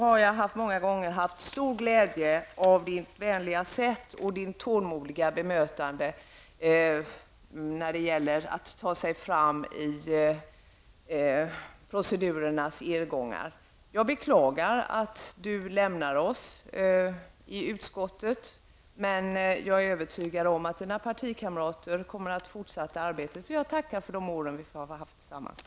Därför har ditt vänliga sätt och ditt tålmodiga bemötande när det gällt att så att säga ta sig fram i alla irrgångar i olika procedurer många gånger varit till stor glädje för mig. Jag beklagar att du nu lämnar oss i utskottet. Men jag är övertygad om att dina partikamrater kommer att fortsätta med det här arbetet. Jag tackar dig alltså för de år som vi har fått arbeta tillsammans.